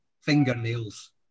fingernails